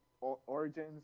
Origins